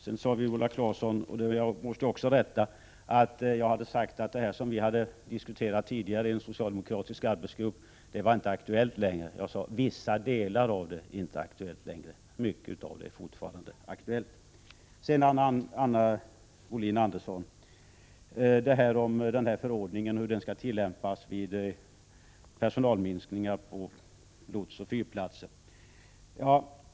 Sedan sade Viola Claesson — och på den punkten måste jag göra ett tillrättaläggande — att jag hade sagt att det vi tidigare har diskuterat i den socialdemokratiska arbetsgruppen inte var aktuellt längre. Men jag sade bara att vissa delar av det inte längre är aktuellt. Mycket av det vi då diskuterade är fortfarande aktuellt. Sedan till Anna Wohlin-Andersson. Det gäller då förordningen och hur denna skall tillämpas vid personalinskränkningar på lotsoch fyrplatser.